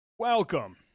Welcome